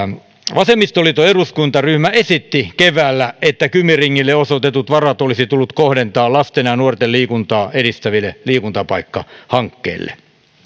vasemmistoliiton eduskuntaryhmä esitti keväällä että kymi ringille osoitetut varat olisi tullut kohdentaa lasten ja ja nuorten liikuntaa edistäville liikuntapaikkahankkeille